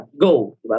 Go